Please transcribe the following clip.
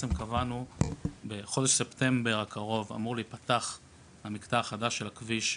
בחודש ספטמבר הקרוב אמור להיפתח המקטע החדש של הכביש,